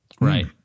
right